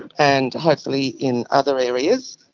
and and hopefully in other areas.